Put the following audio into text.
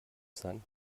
sein